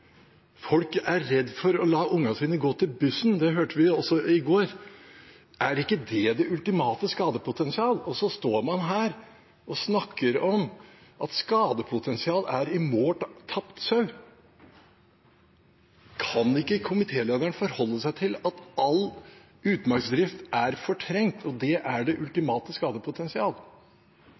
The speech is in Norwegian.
Folk er redd for å la ungene sine gå til bussen, det hørte vi også i går. Er ikke det det ultimate skadepotensial? Og så står man her og snakker om at skadepotensial er målt i tapt sau. Kan ikke lederen for energi- og miljøkomiteen forholde seg til at all utmarksdrift er fortrengt, og det er det ultimate skadepotensial?